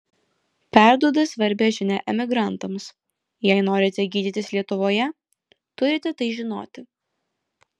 perduoda svarbią žinią emigrantams jei norite gydytis lietuvoje turite tai žinoti